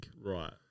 right